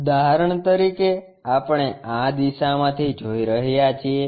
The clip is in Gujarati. ઉદાહરણ તરીકે આપણે આ દિશામાંથી જોઈ રહ્યા છીએ